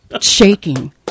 shaking